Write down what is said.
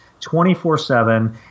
24-7